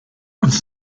uns